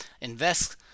invest